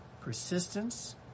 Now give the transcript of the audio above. persistence